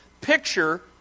picture